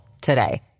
today